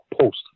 post